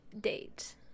date